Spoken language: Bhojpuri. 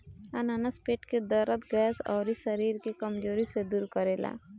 अनानास पेट के दरद, गैस, अउरी शरीर के कमज़ोरी के दूर करेला